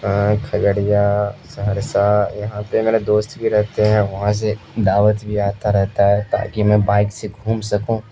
کھگڑیا سہرسہ یہاں پہ میرے دوست بھی رہتے ہیں وہاں سے دعوت بھی آتا رہتا ہے تاکہ میں بائک سے گھوم سکوں